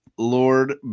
Lord